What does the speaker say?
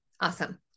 Awesome